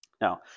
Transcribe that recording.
Now